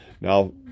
now